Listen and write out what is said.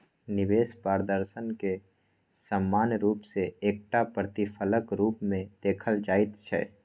निवेश प्रदर्शनकेँ सामान्य रूप सँ एकटा प्रतिफलक रूपमे देखल जाइत छै